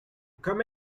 come